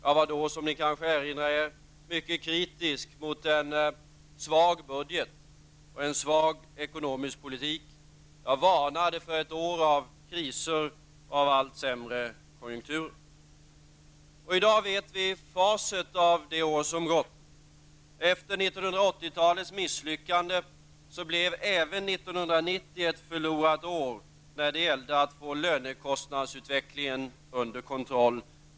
Jag var då, som ni kanske erinrar er, mycket kritisk mot en svag budget och en svag ekonomisk politik. Jag varnade för ett år av kriser och av allt sämre konjunkturer. I dag har vi facit till det år som har gått. Efter 1980 talets misslyckande blev även år 1990 ett förlorat år när det gällde att få lönekostnadsutvecklingen under kontroll.